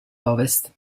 ovest